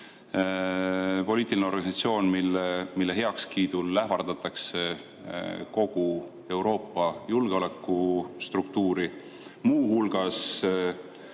Poliitilise organisatsiooniga, mille heakskiidul ähvardatakse kogu Euroopa julgeolekustruktuuri. Muu hulgas